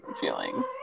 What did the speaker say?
feeling